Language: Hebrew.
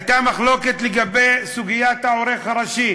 הייתה מחלוקת לגבי סוגיית העורך הראשי